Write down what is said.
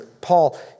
Paul